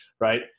right